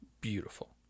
beautiful